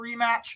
rematch